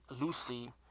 Lucy